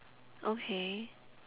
okay